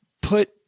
put